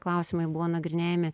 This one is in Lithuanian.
klausimai buvo nagrinėjami